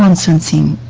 um since seen